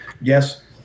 Yes